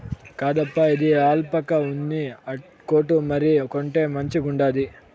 కాదప్పా, ఇది ఆల్పాకా ఉన్ని కోటు మరి, కొంటే మంచిగుండాది